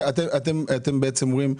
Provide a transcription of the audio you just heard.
אתם בעצם אומרים,